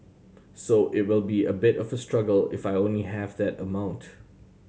so it will be a bit of a struggle if I only have that amount